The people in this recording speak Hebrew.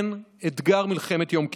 כן, אתגר מלחמת יום כיפור.